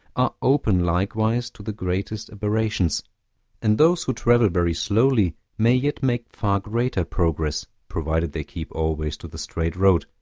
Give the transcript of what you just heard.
are open likewise to the greatest aberrations and those who travel very slowly may yet make far greater progress, provided they keep always to the straight road,